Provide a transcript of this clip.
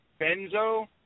Benzo